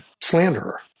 slanderer